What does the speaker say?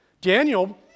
Daniel